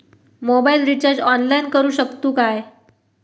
Mobile recharge online करुक शकतू काय?